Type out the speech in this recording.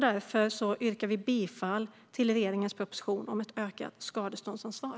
Därför yrkar vi bifall till regeringens proposition om ett ökat skadeståndsansvar.